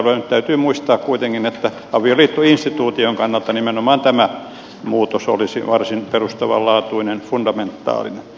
nyt täytyy muistaa kuitenkin että avioliittoinstituution kannalta nimenomaan tämä muutos olisi varsin perustavanlaatuinen fundamentaalinen